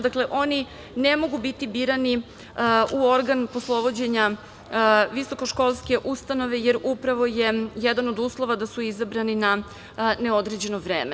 Dakle oni ne mogu biti birani u organ poslovođenja visokoškolske ustanove, jer upravo je jedan od uslova da su izabrani na neodređeno vreme.